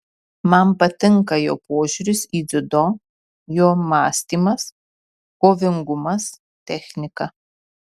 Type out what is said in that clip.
man patinka jo požiūris į dziudo jo mąstymas kovingumas technika